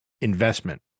investment